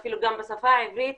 אבל אפילו בשפה העברית